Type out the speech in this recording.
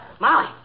Molly